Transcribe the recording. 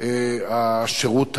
השירות הלאומי.